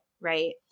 right